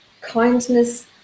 Kindness